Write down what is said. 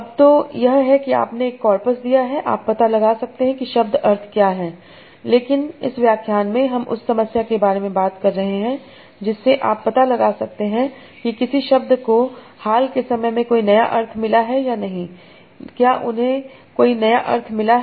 अब तो यह है कि आपने एक कॉर्पस दिया है आप पता लगा सकते हैं कि शब्द अर्थ क्या हैं लेकिन इस व्याख्यान में हम उस समस्या के बारे में बात कर रहे हैं जिससे आप पता लगा सकते हैं कि किसी शब्द को हाल के समय में कोई नया अर्थ मिला है या नहीं क्या उसे कोई नया अर्थ मिला है